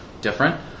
different